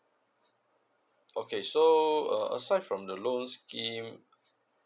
okay so uh aside from the loan scheme